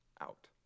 out